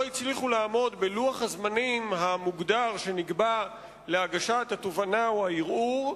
הצליחו לעמוד בלוח הזמנים המוגדר שנקבע להגשת התובענה או הערעור,